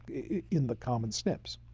in the common snps.